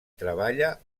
treballa